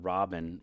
Robin